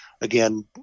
Again